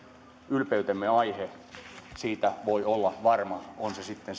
ylpeytemme aihe siitä voi olla varma on sitten